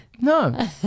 No